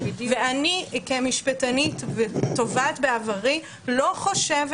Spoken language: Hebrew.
ואני כמשפטנית ותובעת בעברי לא חושבת